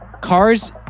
Cars